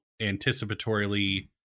anticipatorily